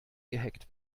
gehackt